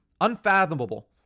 unfathomable